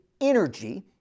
energy